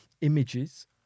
images